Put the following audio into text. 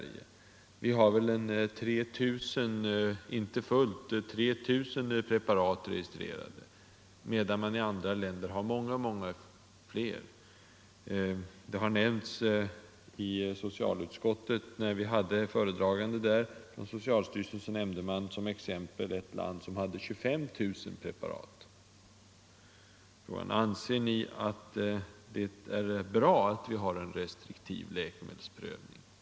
Inte Nr 132 fullt 3 000 preparat är registrerade hos oss, medan man i andra länder Måndagen den har många, många fler. En föredragande från socialstyrelsen nämnde 2 december 1974 i socialutskottet som exempel ett land som har 25 000 preparat. Anser ni att det är bra att vi har en restriktiv läkemedelsprövning?